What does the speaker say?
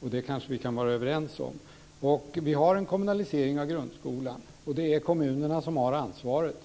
Det kanske vi kan vara överens om. Vi har en kommunalisering av grundskolan, och det är kommunerna som har ansvaret.